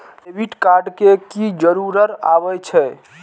Debit card के की जरूर आवे छै?